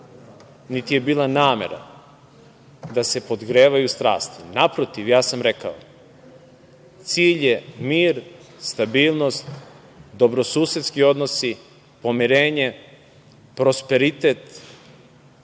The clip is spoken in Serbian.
niti je bila namera da se podgrevaju strasti. Naprotiv, rekao sam da je cilj mir, stabilnost, dobrosusedski odnosi, pomirenje, prosperitet